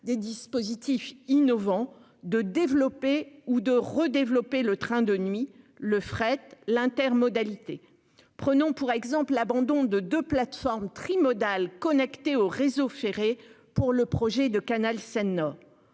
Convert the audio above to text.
des dispositifs innovants de développer ou de redévelopper le train de nuit le fret l'inter modalité prenons pour exemple l'abandon de de plateforme tri-modale connecté au réseau ferré pour le projet de canal Seine-Nord.